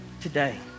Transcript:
today